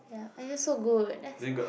ya I just so good that's